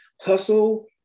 hustle